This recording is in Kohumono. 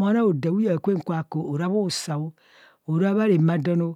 mona daam huyeng a kwem kwa ku, ara bhusa o, ora ramaadon o,